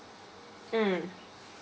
mm